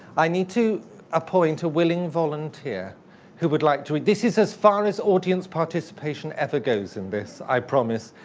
i need to appoint a willing volunteer who would like to this is as far as audience participation effort goes in this. i promise.